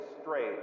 straight